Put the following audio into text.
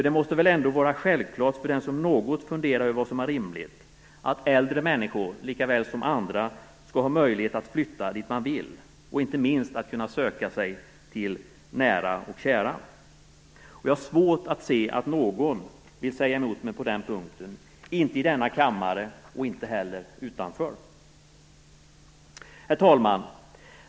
Det måste väl ändå vara självklart för den som något funderar över vad som är rimligt att äldre människor lika väl som andra skall ha möjlighet att flytta dit de vill och inte minst att söka sig till nära och kära. Jag har svårt att se att någon vill säga emot mig på den punkten - vare sig i denna kammare, eller utanför den. Herr talman!